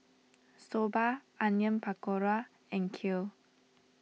Soba Onion Pakora and Kheer